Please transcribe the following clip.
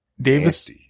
Davis